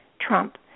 Trump